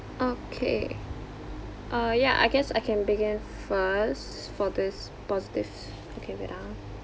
okay uh yeah I guess I can begin first for this positive okay wait ah